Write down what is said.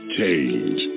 change